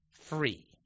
free